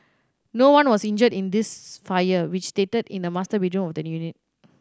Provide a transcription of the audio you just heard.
no one was injured in this fire which started in the master bedroom the unit